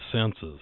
senses